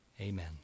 Amen